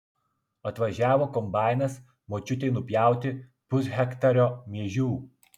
atvažiavo kombainas močiutei nupjauti pushektario miežių